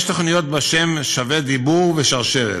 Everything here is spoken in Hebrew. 4. יש תוכניות בשם "שווה דיבור" ו"שרשרת",